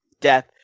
death